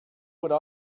would